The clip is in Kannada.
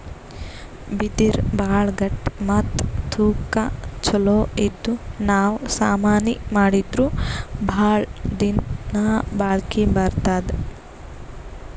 ಬಿದಿರ್ ಭಾಳ್ ಗಟ್ಟಿ ಮತ್ತ್ ತೂಕಾ ಛಲೋ ಇದ್ದು ನಾವ್ ಸಾಮಾನಿ ಮಾಡಿದ್ರು ಭಾಳ್ ದಿನಾ ಬಾಳ್ಕಿ ಬರ್ತದ್